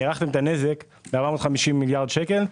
הערכתם את הנזק ב-450 מיליארד שקל,